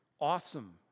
awesome